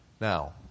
Now